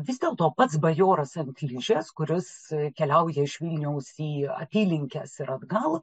vis dėlto pats bajorasant ližės kuris keliauja iš vilniaus į apylinkes ir atgal